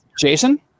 Jason